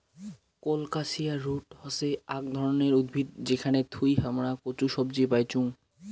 colocasia root হসে আক ধরণের উদ্ভিদ যেখান থুই হামরা কচু সবজি পাইচুং